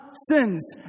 sins